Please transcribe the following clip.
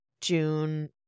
June